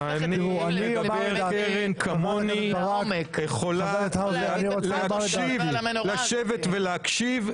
קרן יכולה לשבת ולהקשיב,